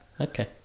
Okay